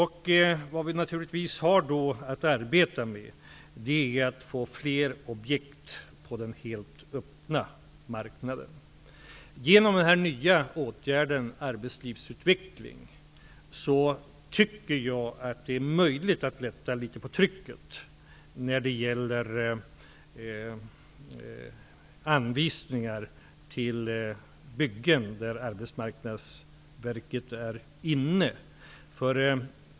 Vad vi naturligtvis har att arbeta med är att få fler objekt på den helt öppna marknaden. Genom denna nya åtgärd, arbetslivsutveckling, tycker jag att det är möjligt att lätta litet grand på trycket när det gäller anvisningar till byggen där Arbetsmarknadsverket är inne.